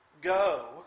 go